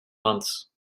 months